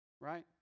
right